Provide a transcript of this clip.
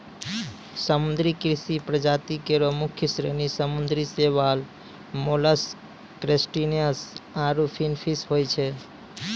समुद्री कृषि प्रजाति केरो मुख्य श्रेणी समुद्री शैवाल, मोलस्क, क्रसटेशियन्स आरु फिनफिश होय छै